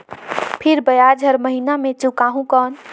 फिर ब्याज हर महीना मे चुकाहू कौन?